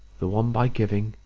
the one by giving,